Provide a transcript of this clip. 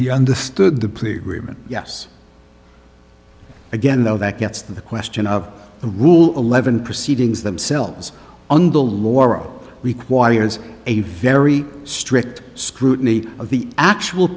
he understood the plea agreement yes again though that gets to the question of the rule eleven proceedings themselves on the laurel requires a very strict scrutiny of the actual